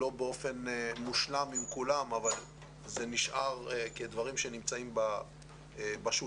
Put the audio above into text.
לא באופן מושלם עם כולם אבל זה נשאר כדברים שנמצאים בשוליים.